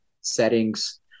settings